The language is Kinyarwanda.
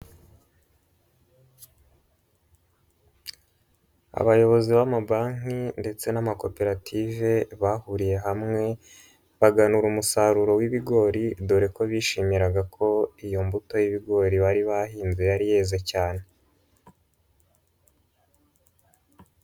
Abayobozi b'amabanki ndetse n'amakoperative bahuriye hamwe, baganura umusaruro w'ibigori dore ko bishimiraga ko iyo mbuto y'ibigori bari bahinze yari yeze cyane.